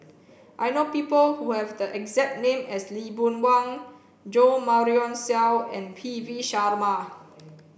I know people who have the exact name as Lee Boon Wang Jo Marion Seow and P V Sharma